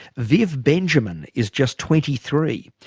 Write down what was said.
viv benjamin, is just twenty three.